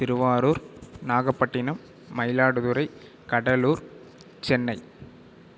Thiruvarur Nagapattinam Mayiladuthurai Cuddalore Chennai